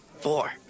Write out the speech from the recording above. four